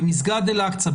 במסגד אל אקצה.